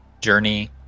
journey